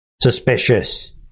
suspicious